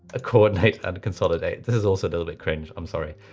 coordinate and consolidate. this is also a little bit cringe. i'm sorry.